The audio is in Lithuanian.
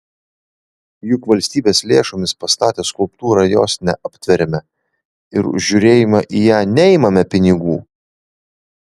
juk valstybės lėšomis pastatę skulptūrą jos neaptveriame ir už žiūrėjimą į ją neimame pinigų